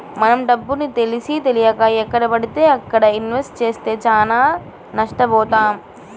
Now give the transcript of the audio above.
మనం డబ్బుని తెలిసీతెలియక ఎక్కడబడితే అక్కడ ఇన్వెస్ట్ చేస్తే చానా నష్టబోతాం